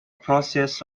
process